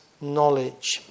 knowledge